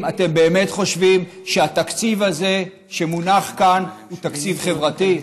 אתם באמת חושבים שהתקציב הזה שמונח כאן הוא תקציב חברתי?